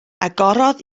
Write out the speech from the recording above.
agorodd